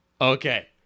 Okay